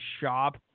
shop